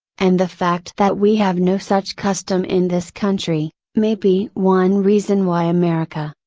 and the fact that we have no such custom in this country, may be one reason why america,